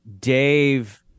Dave